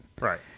Right